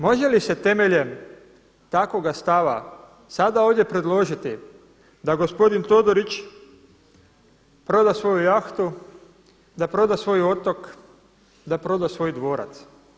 Može li se temeljem takvoga stava sada ovdje predložiti da gospodin Todorić proda svoju jahtu, da proda svoj otok, da proda svoj dvorac?